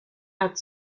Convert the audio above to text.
hat